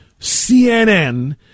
CNN